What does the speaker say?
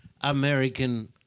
American